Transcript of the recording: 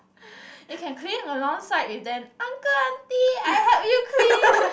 you can clean alongside with them uncle auntie I help you clean